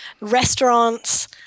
restaurants